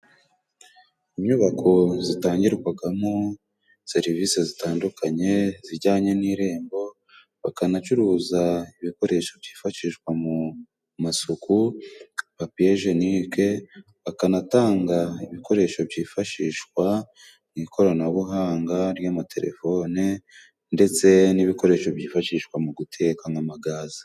Inyubako zitangirwagamo serivise zitandukanye zijyanye n'irembo, bakanacuruza ibikoresho byifashishwa mu masuku papiyejenie ,bakanatanga ibikoresho byifashishwa mu ikoranabuhanga ry'amatelefoni ndetse n'ibikoresho byifashishwa mu guteka nk'amagaze.